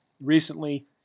recently